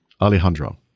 Alejandro